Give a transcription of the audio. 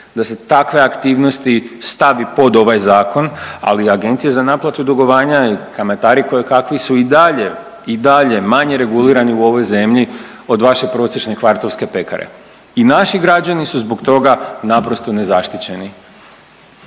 da se takve aktivnosti stavi pod ovaj zakon, ali agencije za naplatu dugovanja i kamatari koje kakvi su i dalje, i dalje manje regulirani u ovoj zemlji od vaše prosječne kvartovske pekare. I naši građani su zbog toga naprosto nezaštićeni.